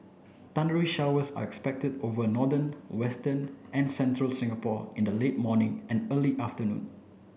thundery showers are expected over northern western and central Singapore in the late morning and early afternoon